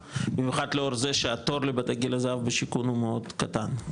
במיוחד לאור זה שהתור בבית גיל הזהב בשיכון הוא מאוד קטן,